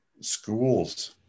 schools